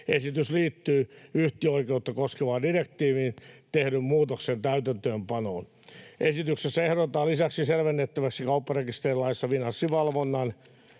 Esitys liittyy yhtiöoikeutta koskevaan direktiiviin tehdyn muutoksen täytäntöönpanoon. Esityksessä ehdotetaan lisäksi selvennettäväksi kaupparekisterilaissa Finanssivalvonnan